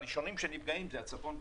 הראשונים שנפגעים זה הצפון והדרום.